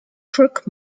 crook